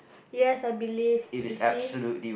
yes I believe you see